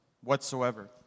whatsoever